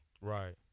Right